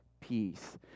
peace